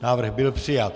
Návrh byl přijat.